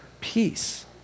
peace